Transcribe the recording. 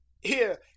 Here